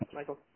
Michael